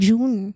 June